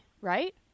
right